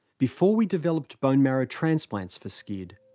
before we developed bone marrow transplants for scid,